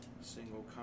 single